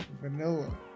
Vanilla